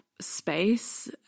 space